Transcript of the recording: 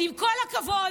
עם כל הכבוד,